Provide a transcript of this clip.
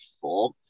four